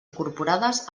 incorporades